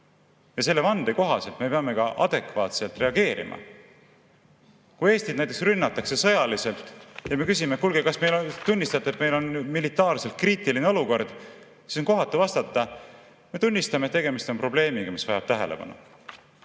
ja selle vande kohaselt me peame ka adekvaatselt reageerima. Kui Eestit näiteks rünnatakse sõjaliselt ja me küsime, et kuulge, kas tunnistate, et meil on militaarselt kriitiline olukord, siis on kohatu vastata, et me tunnistame, et tegemist on probleemiga, mis vajab tähelepanu.